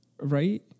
Right